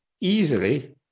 easily